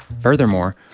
Furthermore